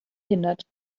hindert